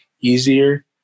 easier